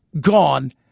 gone